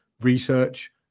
research